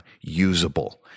usable